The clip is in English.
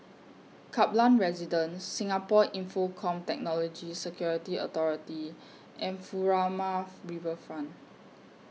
Kaplan Residence Singapore Infocomm Technology Security Authority and Furama Riverfront